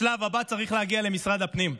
השלב הבא צריך להגיע למשרד הפנים.